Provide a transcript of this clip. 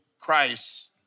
Christ